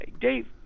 Dave